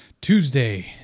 Tuesday